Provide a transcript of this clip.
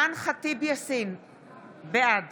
בעד